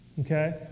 okay